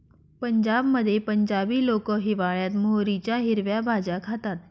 पंजाबमध्ये पंजाबी लोक हिवाळयात मोहरीच्या हिरव्या भाज्या खातात